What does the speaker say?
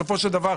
בסופו של דבר,